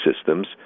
systems